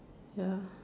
ya